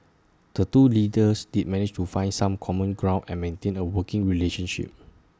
the two leaders did manage to find some common ground and maintain A working relationship